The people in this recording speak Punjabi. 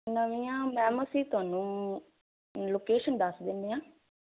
ਨਵੀਆਂ ਮੈਮ ਅਸੀਂ ਤੁਹਾਨੂੰ ਲੋਕੇਸ਼ਨ ਦੱਸ ਦਿੰਨੇ ਆ